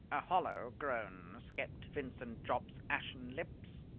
a hollow groan escaped vincent jopp's ashen lips.